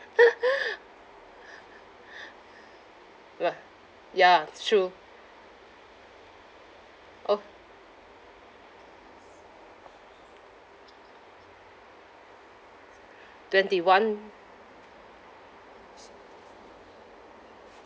ya it's true orh twenty one